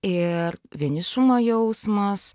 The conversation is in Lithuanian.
ir vienišumo jausmas